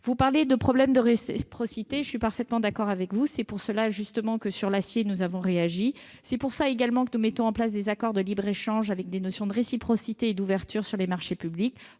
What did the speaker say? Vous évoquez les problèmes de réciprocité, je suis parfaitement d'accord avec vous. C'est pour cela que nous avons réagi sur l'acier et que nous mettons en place des accords de libre-échange contenant les notions de réciprocité et d'ouverture sur les marchés publics.